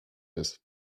ist